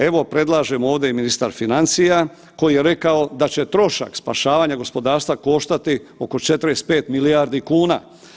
Evo, predlažem ovdje i ministar financija koji je rekao da će trošak spašavanja gospodarstva koštati oko 45 milijardi kuna.